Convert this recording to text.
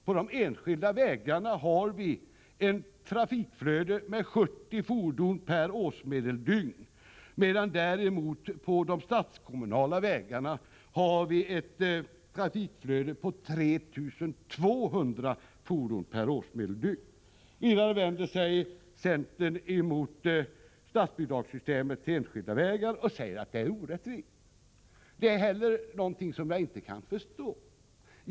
På de enskilda vägarna är trafikflödet 70 fordon per årsmedeldygn, medan på de statskommunala vägarna trafikflödet är 3 200 fordon per årsmedeldygn. Ändå vänder sig centern mot statsbidragssystemet när det gäller enskilda vägar och säger att det är orättvist. Det kan jag inte förstå.